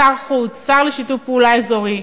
שר החוץ והשר לשיתוף פעולה אזורי,